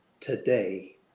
today